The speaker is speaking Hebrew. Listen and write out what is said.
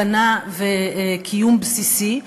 הגנה וקיום בסיסי.